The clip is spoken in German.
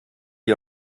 die